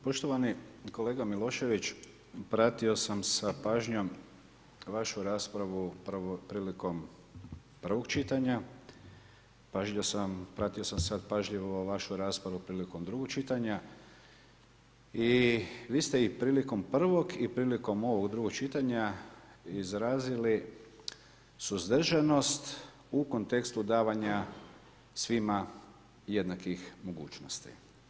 Poštovani kolega Milošević, pratio sam sa pažnjom vašu raspravu upravo prilikom prvog čitanja, pratio sam sad pažljivo vašu raspravu prilikom drugog čitanja i vi ste i prilikom prvog i prilikom drugog čitanja izrazili suzdržanost u kontekstu davanja svima jednakih mogućnosti.